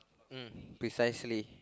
uh precisely